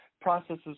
processes